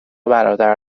برادر